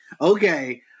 Okay